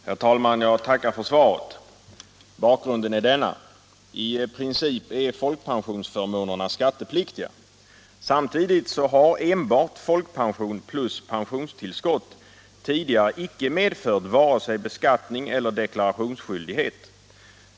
Herr talman! Jag tackar för svaret. Bakgrunden är denna. I princip är folkpensionsförmånerna skattepliktiga. Samtidigt har enbart folkpension plus pensionstillskott tidigare inte medfört vare sig beskatt ning eller deklarationsskyldighet.